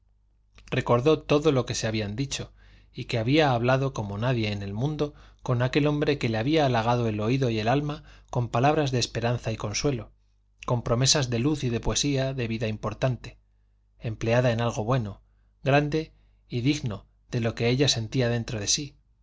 recordó todo lo que se habían dicho y que había hablado como con nadie en el mundo con aquel hombre que le había halagado el oído y el alma con palabras de esperanza y consuelo con promesas de luz y de poesía de vida importante empleada en algo bueno grande y digno de lo que ella sentía dentro de sí